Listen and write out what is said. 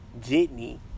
jitney